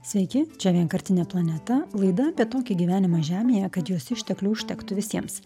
sveiki čia vienkartinė planeta laida apie tokį gyvenimą žemėje kad jos išteklių užtektų visiems